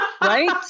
Right